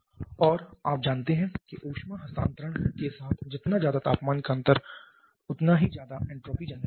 और आप जानते हैं कि ऊष्मा हस्तांतरण के साथ जितना ज्यादा तापमान का अंतर उतना ही ज्यादा एन्ट्रापी जनरेशन होगा